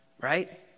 right